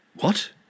What